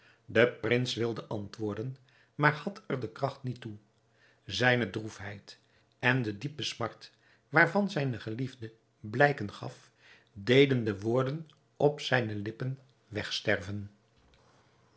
de prins wilde antwoorden maar had er de kracht niet toe zijne droefheid en de diepe smart waarvan zijne geliefde blijken gaf deden de woorden op zijne lippen wegsterven